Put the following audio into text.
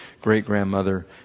great-grandmother